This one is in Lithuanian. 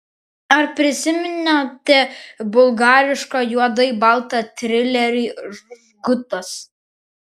ar prisimenate bulgarišką juodai baltą trilerį žgutas